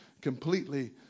completely